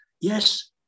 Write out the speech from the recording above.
yes